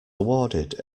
awarded